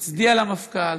נצדיע למפכ"ל,